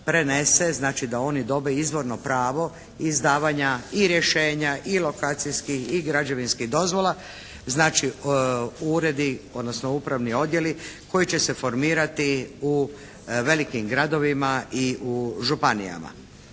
znači da oni dobe izvorno pravo izdavanja i rješenja i lokacijskih i građevinskih dozvola, znači uredi odnosno upravni odjeli koji će se formirati u velikim gradovima i u županijama.